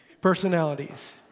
personalities